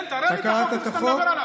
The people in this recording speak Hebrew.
כן, תראה לי את החוק שאתה מדבר עליו.